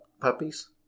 puppies